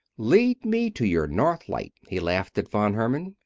lead me to your north light, he laughed at von herman.